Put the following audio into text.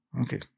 Okay